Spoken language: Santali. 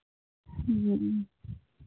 ᱦᱮᱸ